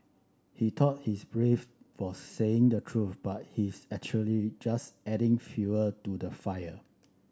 he thought he's brave for saying the truth but he's actually just adding fuel to the fire